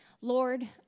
Lord